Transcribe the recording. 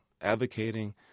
advocating